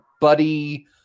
buddy